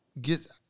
get